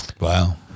Wow